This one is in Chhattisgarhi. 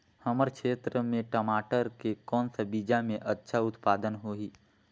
हमर क्षेत्र मे मटर के कौन सा बीजा मे अच्छा उत्पादन होही?